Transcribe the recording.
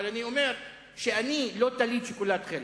אבל אני אומר שאני לא טלית שכולה תכלת.